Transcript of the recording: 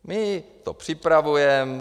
My to připravujeme.